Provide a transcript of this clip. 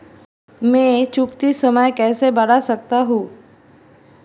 मैं चुकौती समय कैसे बढ़ा सकता हूं?